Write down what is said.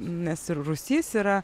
nes ir rūsys yra